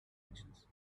actions